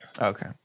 Okay